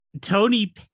Tony